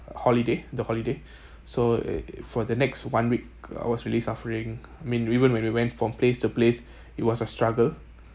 holiday the holiday so uh for the next one week I was really suffering I mean even when we went from place to place it was a struggle